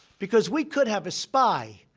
because we could have a spy.